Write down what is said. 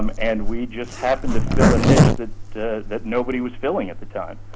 um and we just happened to fill a niche that that nobody was filling at the time.